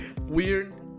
weird